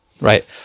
right